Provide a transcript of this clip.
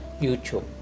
YouTube